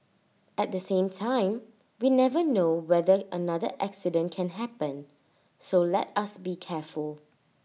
at the same time we never know whether another accident can happen so let us be careful